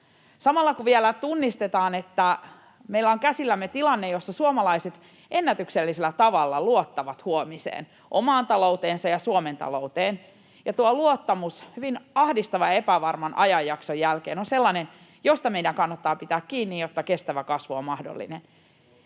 Samalla vielä tunnistetaan, että meillä on käsillämme tilanne, jossa suomalaiset ennätyksellisellä tavalla luottavat huomiseen, omaan talouteensa ja Suomen talouteen, ja tuo luottamus hyvin ahdistavan, epävarman ajanjakson jälkeen on sellainen, josta meidän kannattaa pitää kiinni, jotta kestävä kasvu on mahdollinen.